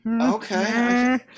okay